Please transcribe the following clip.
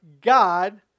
God